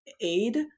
aid